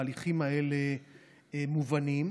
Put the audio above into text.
ההליכים האלה מובנים.